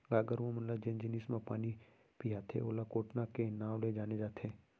गाय गरूवा मन ल जेन जिनिस म पानी पियाथें ओला कोटना के नांव ले जाने जाथे